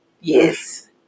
yes